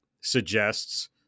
suggests